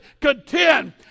contend